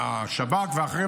השב"כ ואחרים,